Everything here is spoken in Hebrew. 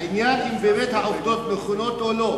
העניין אם באמת העובדות נכונות או לא.